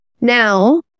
now